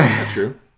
true